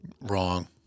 Wrong